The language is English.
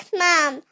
mom